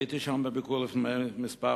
הייתי שם בביקור לפני כמה חודשים,